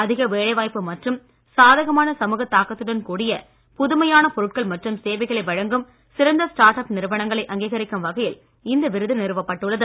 அதிக வேலை வாய்ப்பு மற்றும் சாதகமான சமூக தாக்கத்துடன் கூடிய புதுமையான பொருட்கள் மற்றும் சேவைகளை வழங்கும் சிறந்த ஸ்டார்ட் அப் நிறுவனங்களை அங்கீகரிக்கும் வகையில் இந்த விருது நிறுவப்பட்டுள்ளது